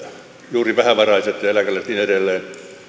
juuri vähävaraiset eläkeläiset ja niin edelleen heidän